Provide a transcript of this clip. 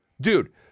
Dude